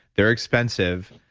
they're expensive.